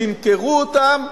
שימכרו אותן,